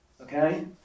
Okay